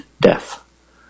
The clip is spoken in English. death